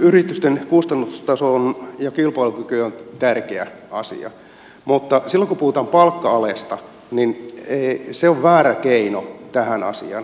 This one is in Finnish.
yritysten kustannustaso ja kilpailukyky on tärkeä asia mutta silloin kun puhutaan palkka alesta niin se on väärä keino tähän asiaan